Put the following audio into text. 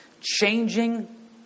Changing